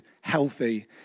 healthy